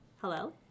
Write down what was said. Hello